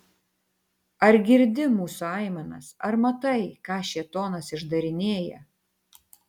ar girdi mūsų aimanas ar matai ką šėtonas išdarinėja